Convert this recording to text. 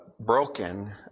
Broken